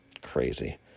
Crazy